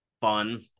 fun